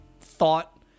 thought